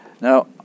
now